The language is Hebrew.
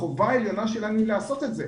החובה העליונה שלנו היא לעשות את זה,